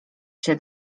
się